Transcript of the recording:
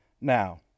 now